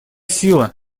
сила